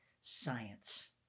science